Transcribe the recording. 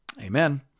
Amen